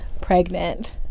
pregnant